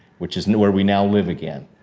which is where we now live again.